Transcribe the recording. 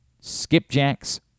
Skipjack's